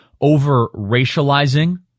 over-racializing